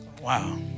Wow